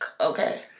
Okay